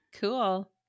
cool